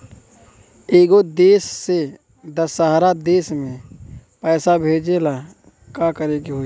एगो देश से दशहरा देश मे पैसा भेजे ला का करेके होई?